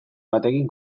batekin